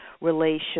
relations